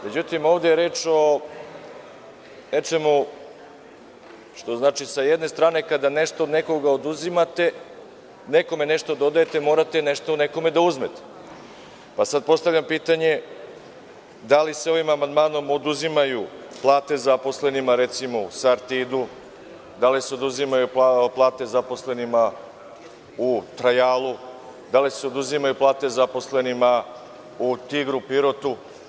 Međutim, ovde je reč o nečemu što s jedne strane kada nekome nešto dodajete, morate nešto nekome da uzmete, pa postavljam pitanje da li se ovim amandmanom oduzimaju plate zaposlenima, recimo, u „Sartidu“, da li se uzimaju plate zaposlenima u „Trajalu“, da li se uzimaju plate zaposlenima u„Tigru“ u Pirotu?